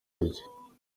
gutya